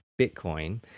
Bitcoin